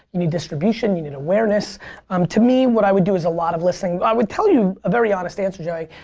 you need distribution, you need awareness um to me what i would do is a lot of listening. i would tell you very honest answer, joey,